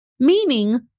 Meaning